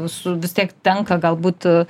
su vis tiek tenka galbūt